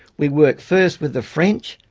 we worked first with the french,